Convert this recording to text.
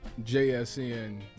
JSN